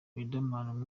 riderman